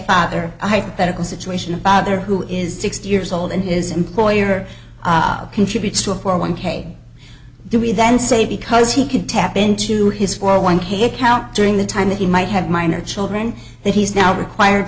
father a hypothetical situation a bother who is sixty years old and his employer obgyn tributes to a four one k do we then say because he could tap into his four one k account during the time that he might have minor children that he's now required